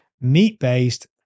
meat-based